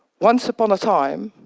once upon a time,